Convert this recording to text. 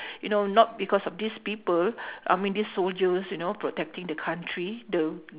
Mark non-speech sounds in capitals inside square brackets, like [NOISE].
[BREATH] you know not because of these people [BREATH] I mean these soldiers you know protecting the country the w~